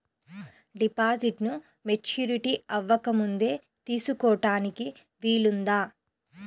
డిపాజిట్ను మెచ్యూరిటీ అవ్వకముందే తీసుకోటానికి వీలుందా?